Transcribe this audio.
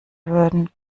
würden